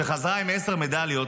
שחזרה עם עשר מדליות,